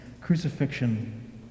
crucifixion